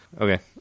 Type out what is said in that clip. Okay